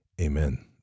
Amen